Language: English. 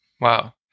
Wow